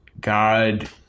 God